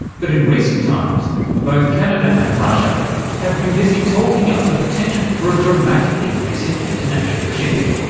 but in recent times both canada and russia have been busy talking up the potential for a dramatic increase in international shipping.